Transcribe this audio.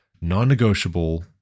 non-negotiable